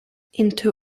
into